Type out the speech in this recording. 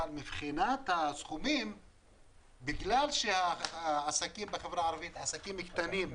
אבל מבחינת הסכומים בגלל שהעסקים בחברה הערבית הם עסקים קטנים,